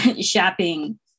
shopping